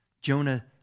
Jonah